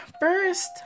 first